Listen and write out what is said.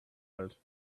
alt